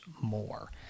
more